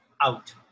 out